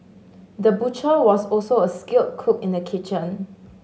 the butcher was also a skilled cook in the kitchen